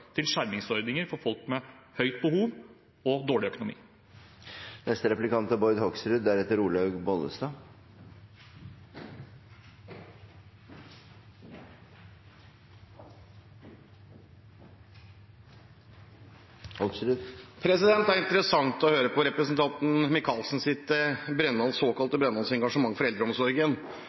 skjermingsordninger for folk med stort behov og dårlig økonomi. Det er interessant å høre på representanten Micaelsens såkalte brennende engasjement for eldreomsorgen.